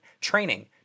training